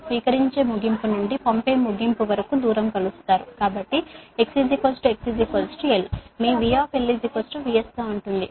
కాబట్టి స్వీకరించే ముగింపు నుండి పంపే ముగింపు వరకు దూరం కొలుస్తారు కాబట్టి x x l మీ V VS ఉంటుంది